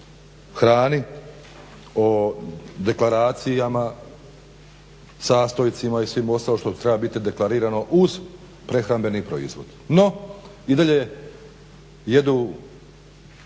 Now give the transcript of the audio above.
hrani, o deklaracijama, sastojcima i svime ostalim što treba biti deklarirano uz prehrambeni proizvod. No, i dalje jedu